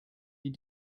die